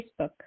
Facebook